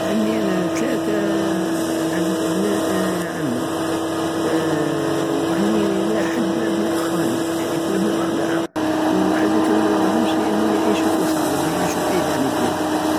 عندي انا تلاتة عدد ابناء عمي وعندي واحد بن خالي يعني كلهم اربعة وعادتا مانراهمش لانهم يعيشو في الخارج يعوشو بعيد علية